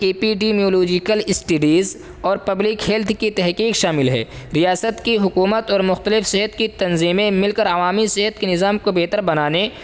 ای P D neurological studies اور public health کی تحقیق شامل ہے ریاست کی حکومت اور مختلف صحت کی تنظیمیں مل کر عوامی صحت کی نظام کو بہتر بنانے